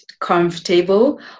comfortable